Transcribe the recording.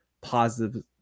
positive